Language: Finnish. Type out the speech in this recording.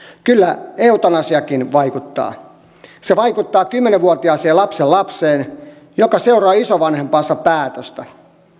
kyllä eutanasiakin vaikuttaa se vaikuttaa kymmenen vuotiaaseen lapsenlapseen joka seuraa isovanhempansa päätöstä